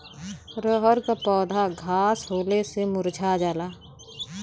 रहर क पौधा घास होले से मूरझा जाला